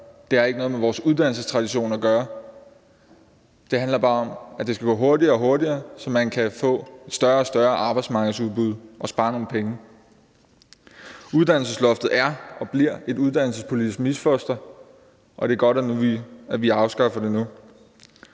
det har ikke noget med vores uddannelsestradition at gøre, for det handler bare om, at det skal gå hurtigere og hurtigere, så man kan få større og større arbejdsmarkedsudbud og spare nogle penge. Uddannelsesloftet er og bliver et uddannelsespolitisk misfoster, og det er godt, at vi afskaffer det nu.